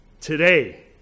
today